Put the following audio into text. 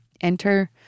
Enter